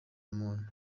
muntu